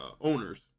owners